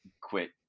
quit